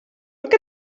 look